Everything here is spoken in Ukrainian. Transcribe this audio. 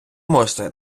можете